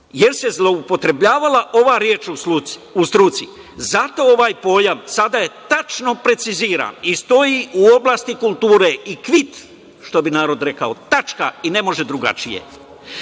jer se zloupotrebljavala ova reč „ u struci“. Zato ovaj pojam sada je tačno preciziran i stoji „ u oblasti kulture“ i kvit, što bi narod rekao, tačka i ne može drugačije. Umetničke